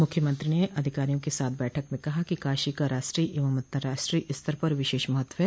मुख्यमंत्री ने अधिकारियों के साथ बैठक में कहा कि काशी का राष्ट्रीय एवं अतर्राष्ट्रीय स्तर पर विशेष महत्व है